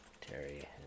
Terry